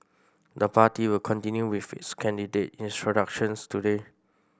the party will continue with its candidate introductions today